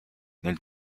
nel